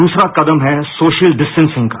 दूसरा कदम है सोशल डिस्टेंसिंग का